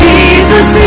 Jesus